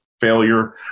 failure